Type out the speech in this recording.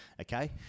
okay